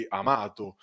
amato